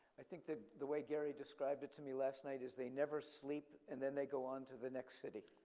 i think the the way gerry described it to me last night is they never sleep and then they go on to the next city.